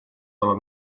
dalla